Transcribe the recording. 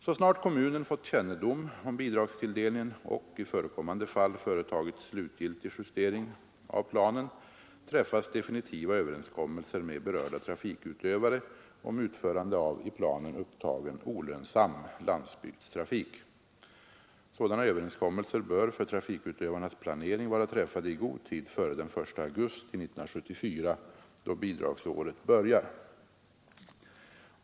Så snart kommunen fått kännedom om bidragstilldelningen och — i förekommande fall — företagit slutgiltig justering av planen träffas definitiva överenskommelser med berörda trafikutövare om utförande av i planen upptagen olönsam landsbygdstrafik. Sådana överenskommelser bör för trafikutövarnas planering vara träffade i god tid före den 1 augusti 1974 då bidragsåret börjar.